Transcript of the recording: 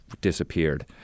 disappeared